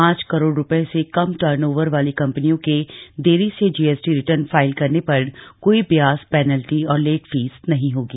पांच करोड़ रुपये से कम टर्नओवर वाली कंपनियों के देरी से जीएसटी रिटर्न फाइल करने पर कोई ब्याज पैनल्टी और लेट फीस नहीं होगी